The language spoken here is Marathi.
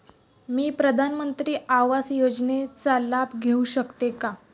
मी प्रधानमंत्री आवास योजनेचा लाभ घेऊ शकते का?